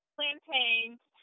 Plantains